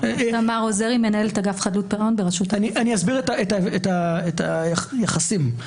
אסביר את היחסים.